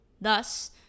Thus